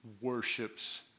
worships